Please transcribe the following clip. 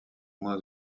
moins